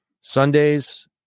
Sundays